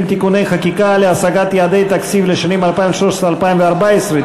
(תיקוני חקיקה להשגת יעדי התקציב לשנים 2013 2014),